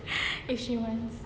if she wants